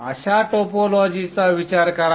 अशा टोपोलॉजीचा विचार करा